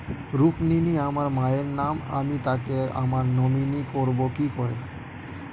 রুক্মিনী আমার মায়ের নাম আমি তাকে আমার নমিনি করবো কি করে?